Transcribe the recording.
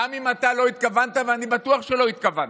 גם אם אתה לא התכוונת, ואני בטוח שלא התכוונת,